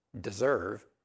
deserve